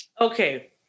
Okay